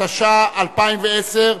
התשע"א 2010,